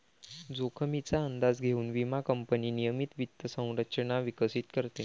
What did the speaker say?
जोखमीचा अंदाज घेऊन विमा कंपनी नियमित वित्त संरचना विकसित करते